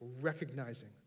recognizing